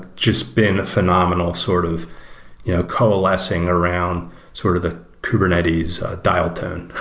just been a phenomenal sort of coalescing around sort of the kubernetes dial tone,